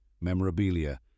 memorabilia